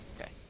Okay